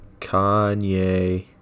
Kanye